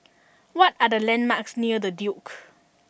what are the landmarks near The Duke